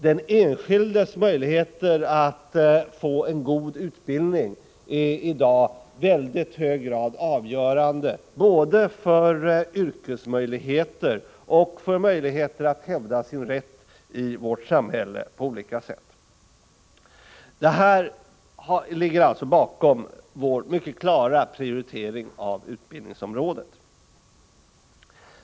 Den enskildes möjligheter att få en god utbildning är i dag i stor utsträckning avgörande för både yrkesmöjligheter och möjligheterna att hävda sin rätt i vårt samhälle på olika sätt. Det här ligger alltså bakom vår mycket klara prioritering av utbildningsområdet.